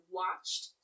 watched